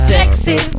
Sexy